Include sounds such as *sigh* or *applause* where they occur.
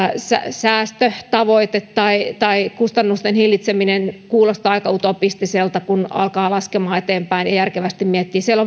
säästötavoite tai tai kustannusten hillitseminen kuulostaa aika utopistiselta kun alkaa laskemaan eteenpäin ja järkevästi miettii siellä *unintelligible*